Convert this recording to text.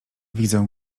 widzę